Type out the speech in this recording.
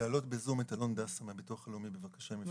להעלות בזום את אלון דסון מהביטוח הלאומי אם אפשר.